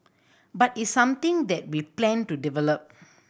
but it's something that we plan to develop